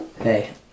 Hey